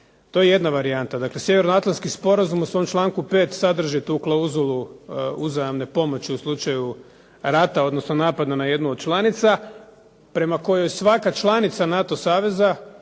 To je jedna varijanta. Dakle Sjevernoatlantski sporazum u svom članku 5. sadrži tu klauzulu uzajamne pomoći u slučaju rata, odnosno napada na jednu od članica, prema kojoj svaka članica NATO saveza